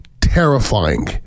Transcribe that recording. terrifying